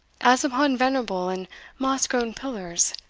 as upon venerable and moss-grown pillars,